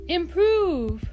improve